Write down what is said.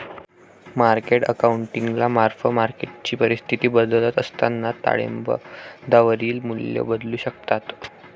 market अकाउंटिंगला mark मार्केटची परिस्थिती बदलत असताना ताळेबंदावरील मूल्ये बदलू शकतात